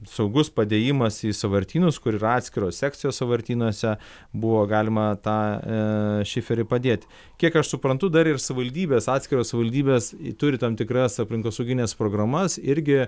saugus padėjimas į sąvartynus kur yra atskiros sekcijos sąvartynuose buvo galima tą šiferį padėti kiek aš suprantu dar ir savivaldybės atskiros savivaldybės turi tam tikras aplinkosaugines programas irgi